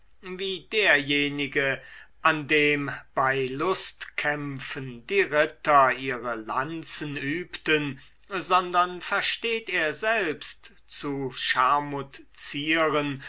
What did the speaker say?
wie derjenige an dem bei lustkämpfen die ritter ihre lanzen übten sondern versteht er selbst zu